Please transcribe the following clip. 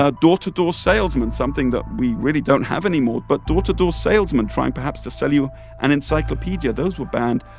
ah door-to-door salesmen, something that we really don't have anymore but door-to-door salesmen trying, perhaps, to sell you an encyclopedia, those were banned.